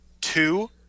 two